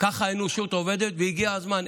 כך האנושות עובדת, והגיע הזמן.